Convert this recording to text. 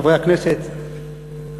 חברי הכנסת,